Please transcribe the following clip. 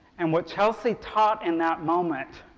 and what chelsea taught in that moment